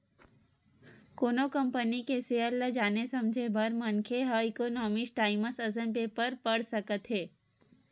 कोनो कंपनी के सेयर ल जाने समझे बर मनखे ह इकोनॉमिकस टाइमस असन पेपर पड़ सकत हे